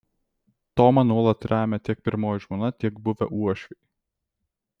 tomą nuolat remia tiek pirmoji žmona tiek buvę uošviai